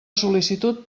sol·licitud